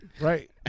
Right